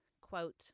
Quote